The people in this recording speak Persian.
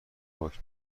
پاک